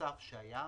נוסף שהיה,